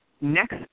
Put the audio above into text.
next